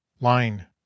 Line